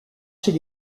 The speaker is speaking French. chez